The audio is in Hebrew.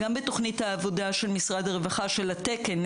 גם בתוכנית העבודה של משרד הרווחה של התקן,